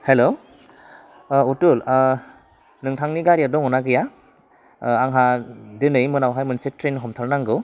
हेल ओह अटुल नोंथांनि गारिया दङ ना गैया ओह आंहा दोनै मोनायावहाय मोनसे ट्रेन हमथारनांगौ